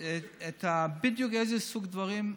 בדיוק איזה סוג דברים,